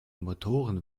motoren